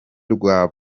rwa